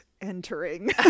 entering